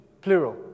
plural